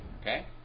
Okay